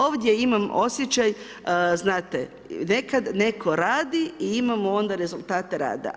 Ovdje imam osjećaj, znate, nekada netko radi i imamo onda rezultate rada.